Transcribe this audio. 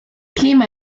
clima